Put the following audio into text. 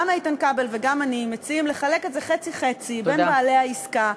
גם איתן כבל וגם אני מציעים לחלק את זה חצי-חצי בין בעלי העסקה.